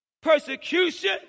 persecution